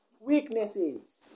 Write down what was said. Weaknesses